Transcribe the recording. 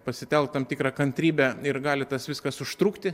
pasitelkt tam tikrą kantrybę ir gali tas viskas užtrukti